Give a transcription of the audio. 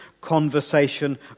conversation